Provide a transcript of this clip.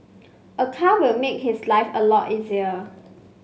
a car will make his life a lot easier